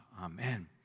Amen